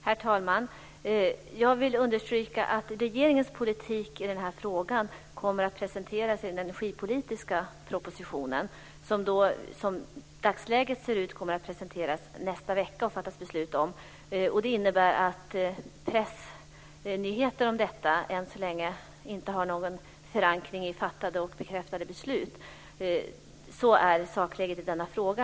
Herr talman! Jag vill understryka att regeringens politik i den här frågan kommer att presenteras i den energipolitiska propositionen, vilken som läget ser ut i dag kommer att läggas fram nästa vecka för riksdagens beslut. Pressnyheter om den propositionen har därför än så länge inte någon förankring i fattade och bekräftade beslut. Sådant är sakläget i denna fråga.